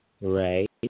Right